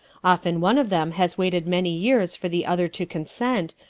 often one of them has waited many years for the other to consent,